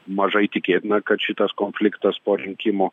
mažai tikėtina kad šitas konfliktas po rinkimų